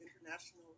international